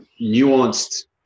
nuanced